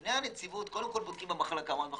לפני הנציבות קודם כל בודקים מה המחלקה.